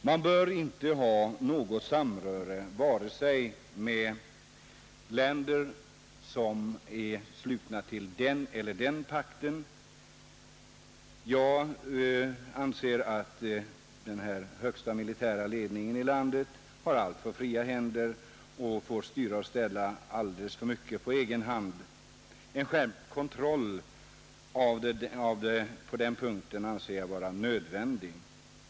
Man bör inte ha något samröre med länder som är anslutna till vare sig den ena eller den andra pakten. Jag anser att den högsta militära ledningen här i landet har alltför fria händer och får styra och ställa alldeles för mycket. En skärpt kontroll på den punkten anser jag vara nödvändig.